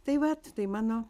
tai vat tai mano